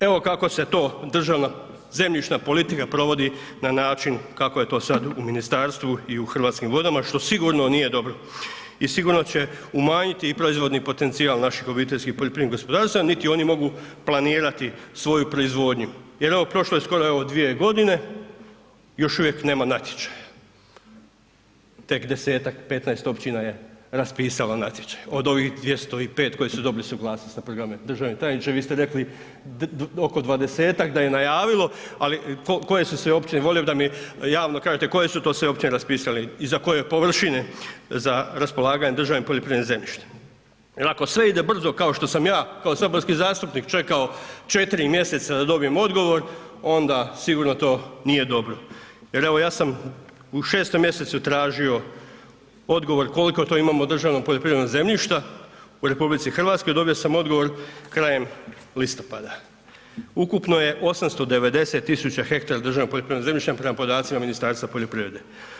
Evo kako se to državna zemljišta politika provodi na način kako je to sad u ministarstvu i u Hrvatskim vodama, što sigurno nije dobro i sigurno će umanjiti i proizvodni potencijal naših obiteljskih poljoprivrednih gospodarstava, niti oni mogu planirati svoju proizvodnju jer ovo prošlo je skoro evo 2.g. još uvijek nema natječaja, tek 10-tak, 15 općina je raspisalo natječaj od ovih 205 koji su dobili suglasnost na programe, državni tajniče vi ste rekli oko 20-tak da je najavilo, ali koje su sve općine, voli bi da mi javno kažete koje su to sve općine raspisale i za koje površine za raspolaganje državnim poljoprivrednim zemljištem jel ako sve ide brzo kao što sam ja kao saborski zastupnik čekao 4. mjeseca da dobijem odgovor, onda sigurno to nije dobro jer evo ja sam u 6. mjesecu tražio odgovor koliko to imamo državnog poljoprivrednog zemljišta u RH, dobio sam odgovor krajem listopada, ukupno je 890 000 hektara državnog poljoprivrednog zemljišta prema podacima Ministarstva poljoprivrede.